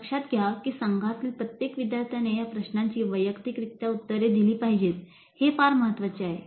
लक्षात घ्या की संघातील प्रत्येक विद्यार्थ्याने या प्रश्नांची वैयक्तिकरित्या उत्तरे दिली पाहिजेत हे फार महत्वाचे आहे